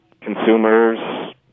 consumers